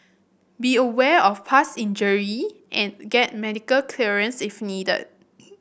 be aware of past injury and get medical clearance if needed